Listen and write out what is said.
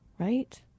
right